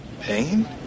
Pain